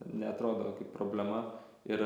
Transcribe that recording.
neatrodo kaip problema ir